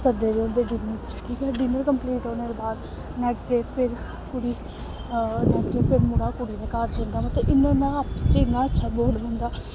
सद्दे दे होंदे डिनर च ठीक ऐ डिनर कंपलीट होने दे बाद नैकस्ट डे फिर कुड़ी नैकस्ट डे फिर मुड़ा कुड़ी दे घर जंदा उत्थै इ'न्ना इ'न्ना आपस च इ'न्ना अच्छा म्हौल रौंह्दा